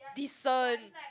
decent